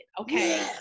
Okay